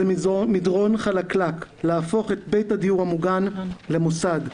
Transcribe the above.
זה מדרון חלקלק להפוך את בית הדיור המוגן למוסד.